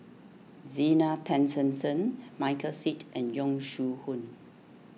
Zena Tessensohn Michael Seet and Yong Shu Hoong